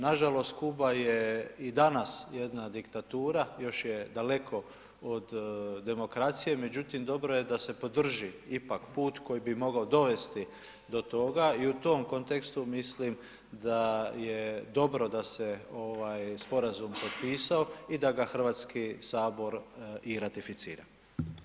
Nažalost, Kuba je i danas jedna diktatura, još je daleko od demokracije međutim dobro je da se podrži ipak put koji bi mogao dovesti do toga i u tom kontekstu mislim da je dobro da se sporazum potpisao i da Hrvatski sabor i ratificira.